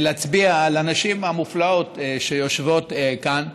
להצביע על הנשים המופלאות שיושבות כאן.